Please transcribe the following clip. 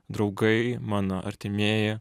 draugai mano artimieji